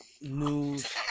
News